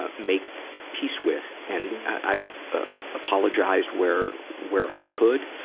ah make peace with. and i've, ah, apologized where, where i could.